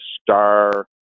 star